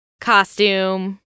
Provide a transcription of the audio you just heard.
costume